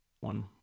one